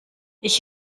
ich